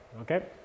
Okay